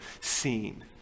seen